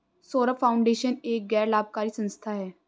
Saurabh foundation एक गैर लाभकारी संस्था है